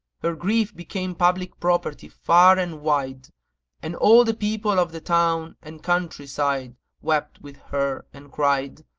her grief became public property far and wide and all the people of the town and country side wept with her and cried,